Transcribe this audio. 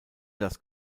das